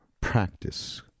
practice